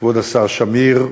כבוד השר שמיר,